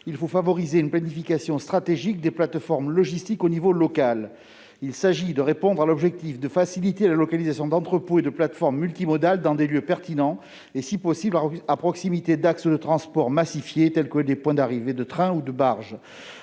il faut favoriser une planification stratégique des plateformes logistiques au niveau local. Il s'agir de faciliter la localisation d'entrepôts et de plateformes multimodales dans des lieux pertinents, si possible à proximité d'axes de transport massifiés tels que les points d'arrivée de trains ou de barges.